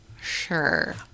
sure